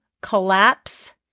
collapse